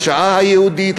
השעה היהודית,